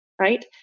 Right